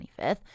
25th